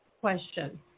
question